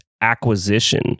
acquisition